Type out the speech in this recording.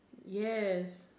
yes